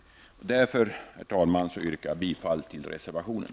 Därför, herr talman, yrkar jag bifall till reservationen.